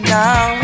now